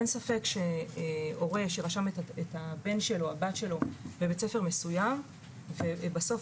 אין ספק שהוא רשם את בנו/בתו לבית ספר מסוים ובסוף,